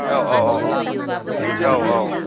औ औ औ औ औ औ